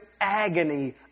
agony